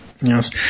Yes